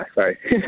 sorry